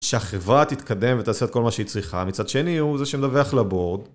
שהחברה תתקדם ותעשה את כל מה שהיא צריכה, מצד שני הוא זה שמדווח לבורד.